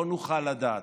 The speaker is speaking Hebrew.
לא נוכל לדעת,